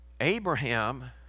Abraham